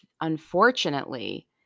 unfortunately